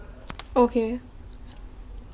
okay